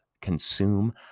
consume